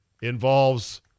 Involves